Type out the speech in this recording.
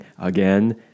again